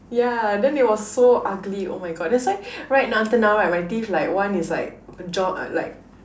ya then it was so ugly oh my God that's why right until now right my teeth like one is like jaw like